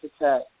attack